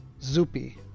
Zupi